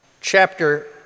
chapter